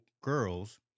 girls